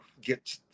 get